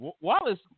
Wallace